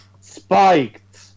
spiked